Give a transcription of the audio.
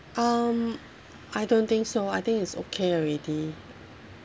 um I don't think so I think it's okay already